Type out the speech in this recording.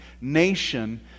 nation